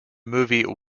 movie